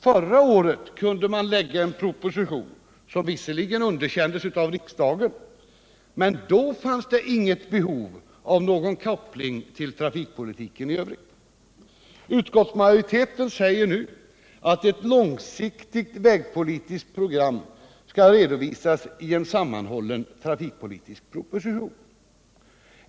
Förra året kunde man lägga en proposition, som visserligen underkändes av riksdagen, men då fanns inget behov av någon koppling till trafikpolitiken i övrigt. Utskottsmajoriteten säger nu att ett långsiktigt vägpolitiskt program skall redovisas i en sammanhållen trafikpolitisk proposition.